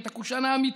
את הקושאן האמיתי,